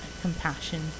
compassion